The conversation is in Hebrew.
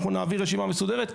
אנחנו נעביר רשימה מסודרת,